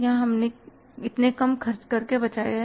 यहां हमने कम खर्च करके बचाया है